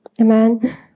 amen